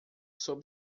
sob